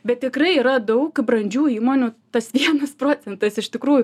bet tikrai yra daug brandžių įmonių tas vienas procentas iš tikrųjų